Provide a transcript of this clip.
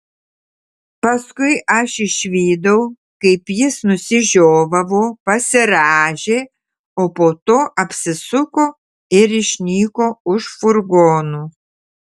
paskui aš išvydau kaip jis nusižiovavo pasirąžė o po to apsisuko ir išnyko už furgonų